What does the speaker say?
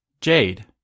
Jade